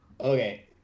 okay